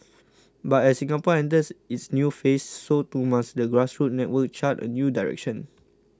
but as Singapore enters its new phase so too must the grassroots network chart a new direction